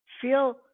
feel